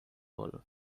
all